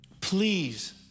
please